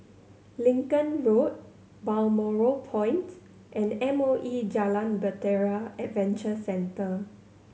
Lincoln Road Balmoral Point and M O E Jalan Bahtera Adventure Centre